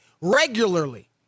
regularly